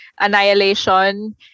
Annihilation